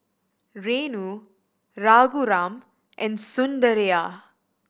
Renu Raghuram and Sundaraiah